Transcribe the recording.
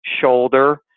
shoulder